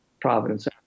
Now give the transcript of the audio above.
providence